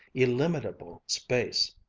illimitable space.